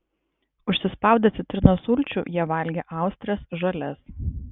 užsispaudę citrinos sulčių jie valgė austres žalias